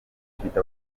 ifite